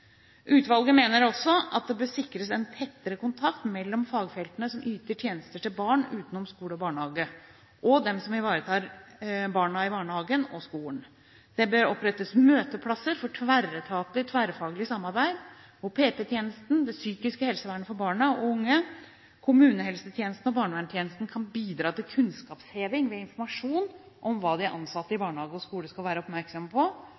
mener også at det bør sikres en tettere kontakt mellom fagfeltene som yter tjenester til barn utenom skole og barnehage, og dem som ivaretar barna i barnehagen og skolen. Det bør opprettes møteplasser for tverretatlig/tverrfaglig samarbeid, hvor PP-tjenesten, det psykiske helsevernet for barn og ung, kommunehelsetjenesten og barneverntjenesten kan bidra til kunnskapsheving ved informasjon om hva de ansatte i barnehage og skole skal være oppmerksomme på,